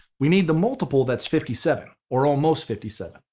we need the multiple that's fifty seven or almost fifty seven.